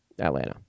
Atlanta